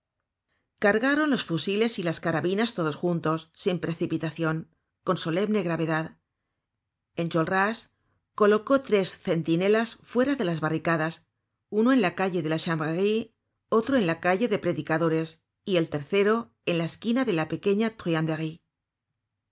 cargaron los fusiles y las carabinas todos juntos sin precipitacion con solemne gravedad enjolras colocó tres centinelas fuera de las barricadas uno en la calle de la chanvrerie otro en la calle de predicadores y el tercero en la esquina de la pequeña